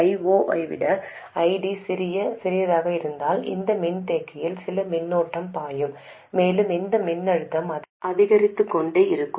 I0 ஐ விட ID சிறியதாக இருந்தால் இந்த மின்தேக்கியில் சில மின்னோட்டம் பாயும் மேலும் இந்த மின்னழுத்தம் அதிகரித்துக்கொண்டே இருக்கும்